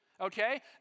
Okay